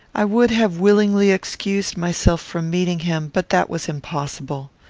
i would have willingly excused myself from meeting him but that was impossible.